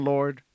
Lord